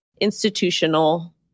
institutional